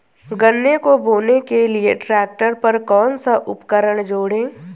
गन्ने को बोने के लिये ट्रैक्टर पर कौन सा उपकरण जोड़ें?